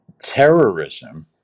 terrorism